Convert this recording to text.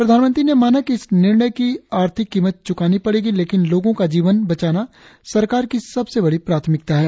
प्रधानमंत्री ने माना कि इस निर्णय की आर्थिक कीमत चुकानी पड़ेगी लेकिन लोगों का जीवन बचाना सरकार की सबसे बड़ी प्राथमिकता है